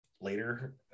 later